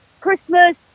Christmas